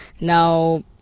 Now